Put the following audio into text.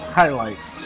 highlights